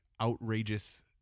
outrageous